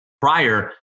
prior